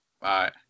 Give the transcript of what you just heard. Bye